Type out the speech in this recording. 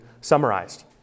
summarized